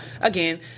again